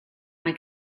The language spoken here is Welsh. mae